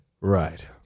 Right